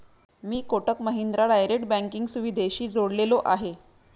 मी Kotak Mahindra direct banking सुविधेशी जोडलेलो आहे?